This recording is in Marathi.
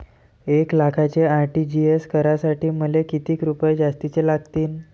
एक लाखाचे आर.टी.जी.एस करासाठी मले कितीक रुपये जास्तीचे लागतीनं?